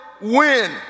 win